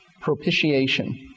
Propitiation